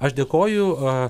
aš dėkoju a